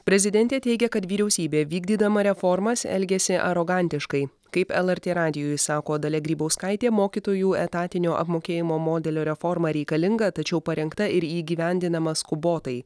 prezidentė teigia kad vyriausybė vykdydama reformas elgiasi arogantiškai kaip lrt radijui sako dalia grybauskaitė mokytojų etatinio apmokėjimo modelio reforma reikalinga tačiau parengta ir įgyvendinama skubotai